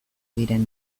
diren